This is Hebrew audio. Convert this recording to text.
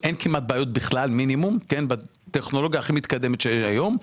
ואין בכלל בעיות בטכנולוגיה שהיא הכי מתקדמת שקיימת היום.